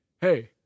hey